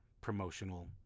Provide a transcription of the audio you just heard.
promotional